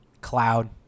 cloud